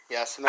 Yes